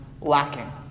lacking